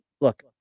look